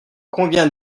convient